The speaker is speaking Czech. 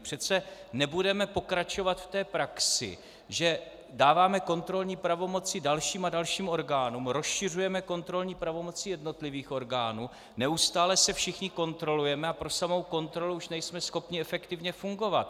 Přece nebudeme pokračovat v té praxi, že dáváme kontrolní pravomoci dalším a dalším orgánům, rozšiřujeme kontrolní pravomoci jednotlivých orgánů, neustále se všichni kontrolujeme a pro samou kontrolu už nejme schopni efektivně fungovat.